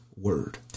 word